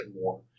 more